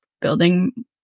building